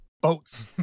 boats